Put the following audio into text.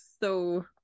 so-